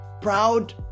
proud